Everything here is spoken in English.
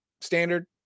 Standard